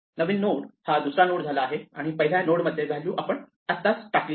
नवीन node हा दुसरा node झाला आहे आणि पहिल्या नोड मध्ये व्हॅल्यू आपण आत्ताच टाकली आहे